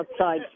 outside